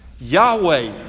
Yahweh